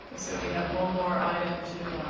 said, we have one more item to